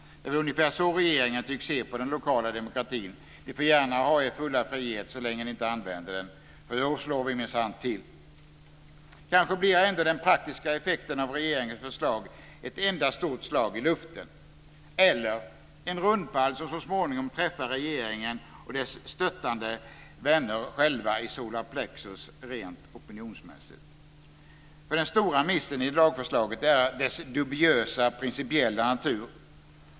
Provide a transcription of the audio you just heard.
Det är väl ungefär så regeringen tycks se på den lokala demokratin: Ni får gärna ha er fulla frihet, så länge ni inte använder den. Då slår vi minsann till. Kanske blir ändå den praktiska effekten av regeringens förslag ett enda stort slag i luften. Eller en rundpall, som så småningom träffar regeringen och dess stöttande vänner själva i solar plexus - rent opinionsmässigt. Den stora missen i lagförslaget är dess dubiösa principiella natur.